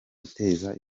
guteza